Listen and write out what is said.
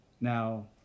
Now